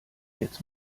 jetzt